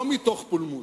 לא מתוך פולמוס,